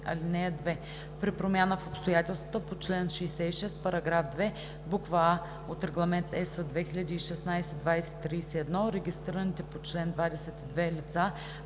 ал. 2: „(2) При промяна в обстоятелствата по чл. 66, параграф 2, буква „а“ от Регламент (ЕС) 2016/2031 регистрираните по чл. 22 лица